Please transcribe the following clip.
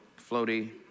floaty